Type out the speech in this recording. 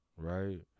right